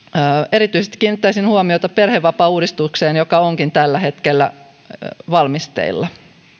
erityisesti kiinnittäisin huomiota perhevapaauudistukseen joka onkin tällä hetkellä valmisteilla